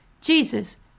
Jesus